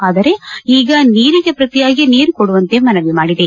ಆದರೆ ಈಗ ನೀರಿಗೆ ಪ್ರತಿಯಾಗಿ ನೀರು ಕೊಡುವಂತೆ ಮನವಿ ಮಾಡಿದೆ